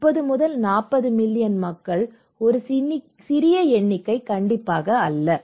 30 முதல் 40 மில்லியன் மக்கள் ஒரு சிறிய எண்ணிக்கையில் இல்லை